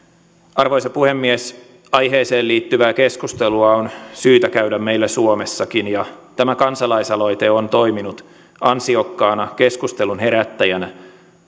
arvoisa puhemies aiheeseen liittyvää keskustelua on syytä käydä meillä suomessakin ja tämä kansalaisaloite on toiminut ansiokkaana keskustelun herättäjänä